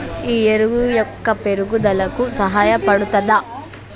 ఈ ఎరువు మొక్క పెరుగుదలకు సహాయపడుతదా?